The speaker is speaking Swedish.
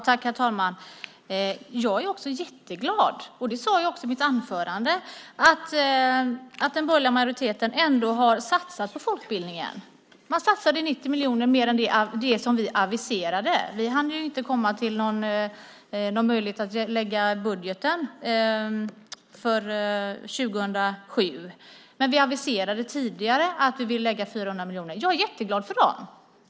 Herr talman! Jag är också jätteglad - det sade jag också i mitt anförande - för att den borgerliga majoriteten ändå har satsat på folkbildningen. Man satsade 90 miljoner mer än det som vi aviserade. Vi hann inte komma till någon möjlighet att lägga fram en budget för 2007, men vi aviserade tidigare att vi ville lägga 400 miljoner. Jag är jätteglad för de pengarna!